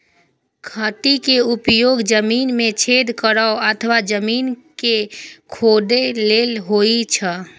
खंती के उपयोग जमीन मे छेद करै अथवा जमीन कें खोधै लेल होइ छै